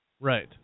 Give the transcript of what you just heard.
Right